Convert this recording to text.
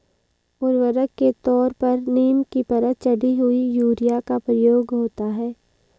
उर्वरक के तौर पर नीम की परत चढ़ी हुई यूरिया का प्रयोग होता है